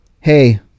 hey